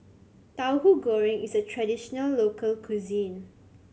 Tauhu Goreng is a traditional local cuisine